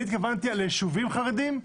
אני התכוונתי ליישובים חרדים,